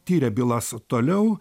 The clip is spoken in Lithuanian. tiria bylas toliau